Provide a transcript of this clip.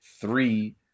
Three